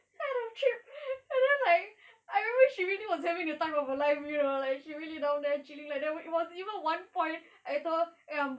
trip and then like I remember she really was having the time of her life you know like she really down there chilling like there was even one point I told her eh I'm bored